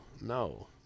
no